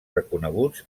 reconeguts